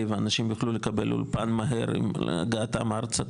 ואנשים יוכלו לקבל אולפן מהר עם הגעתם ארצה.